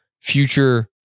future